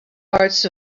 hearts